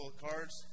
cards